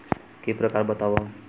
के प्रकार बतावव?